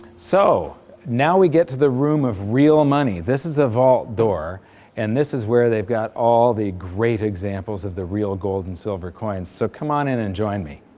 so now we get to the room of real money. this is a vault door and this is where they've got all the great examples of the real gold and silver coins so come on in and join me.